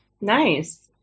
Nice